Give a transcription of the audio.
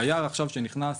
דייר עכשיו שנכנס לדירה,